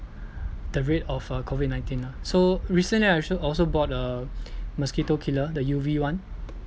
the rate of uh COVID nineteen ah so recently I also also bought a mosquito killer the U_V one